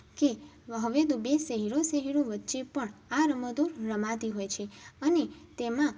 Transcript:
કે હવે તો બે શહેરો શહેરો વચ્ચે પણ આ રમતો રમાતી હોય છે અને તેમાં